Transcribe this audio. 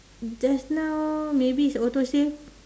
just now maybe is autosave